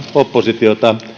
oppositiota